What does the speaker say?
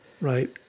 Right